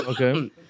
okay